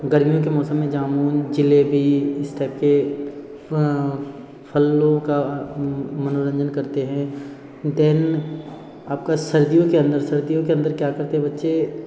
गर्मियों के मौसम में जामुन जलेबी इस टाइप के फलों का मनोरंजन करते है देल आपका सर्दियों के अंदर सर्दियों के अंदर क्या करते है बच्चे